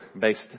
based